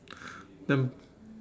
then